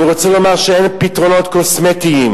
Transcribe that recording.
אני רוצה לומר שאין פתרונות קוסמטיים,